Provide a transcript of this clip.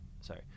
sorry